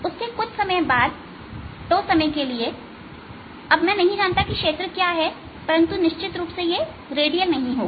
उसके बाद कुछ समय 𝜏 के लिए अब मैं यह नहीं जानता कि क्षेत्र क्या है परंतु निश्चित रूप से यह रेडियल नहीं होगा